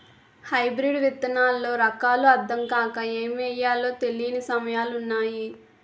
hybrid విత్తనాల్లో రకాలు అద్దం కాక ఏమి ఎయ్యాలో తెలీని సమయాలున్నాయి